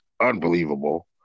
unbelievable